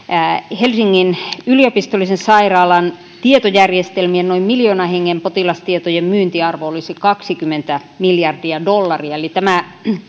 helsingin yliopistollisen sairaalan tietojärjestelmien noin miljoonan hengen potilastietojen myyntiarvo olisi kaksikymmentä miljardia dollaria eli tämä